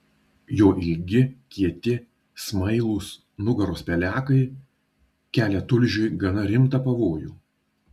jo ilgi kieti smailūs nugaros pelekai kelia tulžiui gana rimtą pavojų